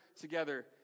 together